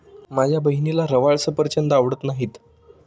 माझ्या बहिणीला रवाळ सफरचंद आवडत नाहीत